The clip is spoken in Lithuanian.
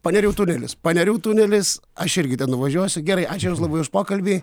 panerių tunelis panerių tunelis aš irgi ten nuvažiuosiu gerai ačiū jums labai už pokalbį